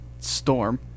storm